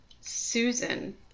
Susan